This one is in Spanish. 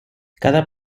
cada